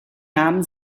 namen